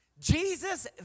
Jesus